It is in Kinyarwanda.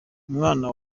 umwana